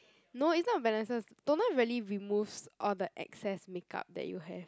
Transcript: no is not balances toner really removes all the excess makeup that you have